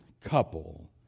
couple